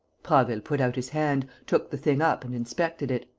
prasville put out his hand, took the thing up and inspected it.